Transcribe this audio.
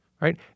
right